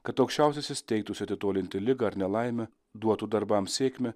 kad aukščiausiasis teiktųsi atitolinti ligą ar nelaimę duotų darbams sėkmę